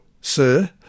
Sir